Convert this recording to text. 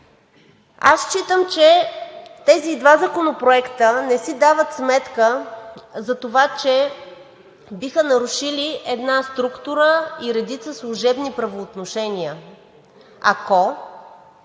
Аз считам, че тези два законопроекта не си дават сметка за това, че биха нарушили една структура и редица служебни правоотношения, ако